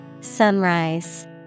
Sunrise